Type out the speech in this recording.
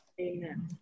amen